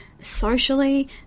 socially